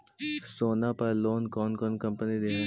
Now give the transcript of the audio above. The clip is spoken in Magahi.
सोना पर लोन कौन कौन कंपनी दे है?